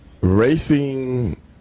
racing